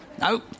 No